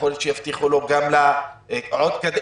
ויכול להיות שיבטיחו לו עוד קדנציה.